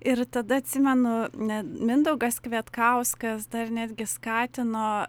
ir tada atsimenu ne mindaugas kvietkauskas dar netgi skatino